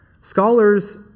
Scholars